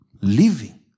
living